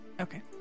Okay